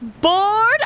bored